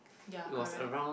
ya correct